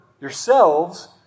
yourselves